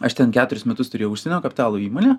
aš ten keturis metus turėjau užsienio kapitalo įmonę